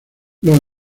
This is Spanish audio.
los